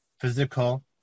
physical